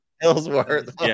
Ellsworth